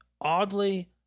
Oddly